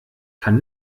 kann